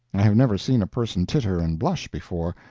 i had never seen a person titter and blush before,